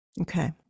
Okay